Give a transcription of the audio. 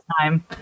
time